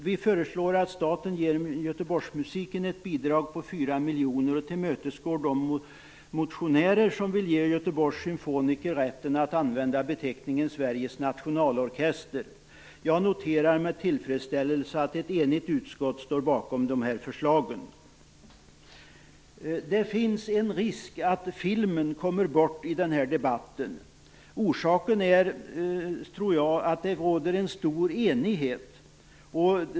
Vi föreslår att staten ger Göteborgsmusiken ett bidrag på 4 miljoner och tillmötesgår de motionärer som vill ge Göteborgs symfoniker rätten att använda beteckningen Sveriges nationalorkester. Jag noterar med tillfredsställelse att ett enigt utskott står bakom dessa förslag. Det finns en risk att filmen kommer bort i den här debatten. Orsaken är, tror jag, att det råder stor enighet.